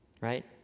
right